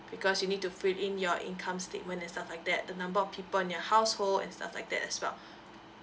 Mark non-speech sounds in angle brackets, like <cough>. because you need to fill in your income statement and stuff like that the number of people in your household and stuff like that as well <breath>